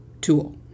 tool